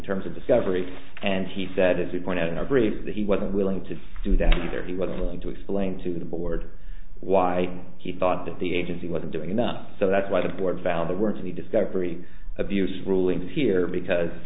terms of discovery and he said as you point out in our brief that he wasn't willing to do that either he was going to explain to the board why he thought that the agency wasn't doing enough so that's why the board found the work to be discovery abuse rulings here because